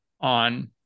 on